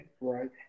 right